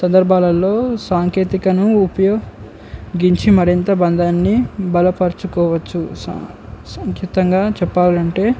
సందర్భాలలో సాంకేతికతను ఉపయోగించి మరింత బంధాన్ని బలపరచుకోవచ్చు సా సంకతంగా చెప్పాలంటే